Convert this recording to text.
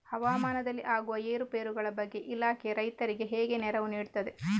ಹವಾಮಾನದಲ್ಲಿ ಆಗುವ ಏರುಪೇರುಗಳ ಬಗ್ಗೆ ಇಲಾಖೆ ರೈತರಿಗೆ ಹೇಗೆ ನೆರವು ನೀಡ್ತದೆ?